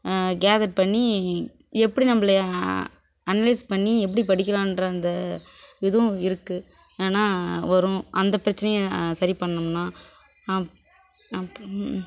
gather பண்ணி எப்படி நம்மள அனலைஸ் பண்ணி எப்படி படிக்கலான்ற அந்த இதுவும் இருக்குது ஏன்னா வரும் அந்த பிரச்சனையை சரி பண்ணணும்ன்னா அப்புன்